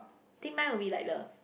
think mine would be like the